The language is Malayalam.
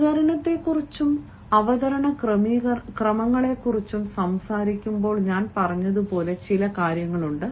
അവതരണരീതികളെക്കുറിച്ചും അവതരണ ക്രമങ്ങളെക്കുറിച്ചും സംസാരിക്കുമ്പോൾ ഞാൻ പറഞ്ഞതുപോലെ ചില കാര്യങ്ങളുണ്ട്